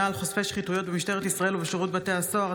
על חושפי שחיתויות במשטרת ישראל ובשירות בתי הסוהר),